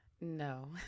No